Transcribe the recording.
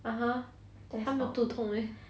(uh huh) 他们肚痛 meh